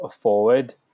forward